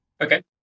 Okay